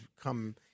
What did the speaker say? come